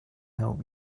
help